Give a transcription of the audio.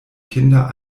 kinder